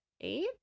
eight